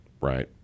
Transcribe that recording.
Right